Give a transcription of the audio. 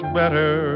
better